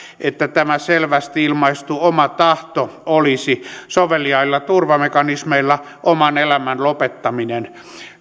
että tämä selvästi ilmaistu oma tahto olisi soveliailla turvamekanismeilla oman elämän lopettaminen